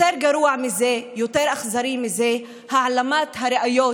יותר גרוע מזה, יותר אכזרי מזה, העלמת הראיות.